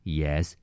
yes